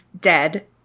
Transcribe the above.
dead